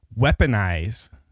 weaponize